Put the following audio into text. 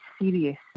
serious